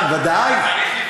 ודאי.